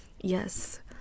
yes